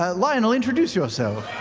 um lionel, introduce yourself.